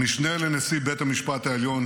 המשנה לנשיא בית המשפט העליון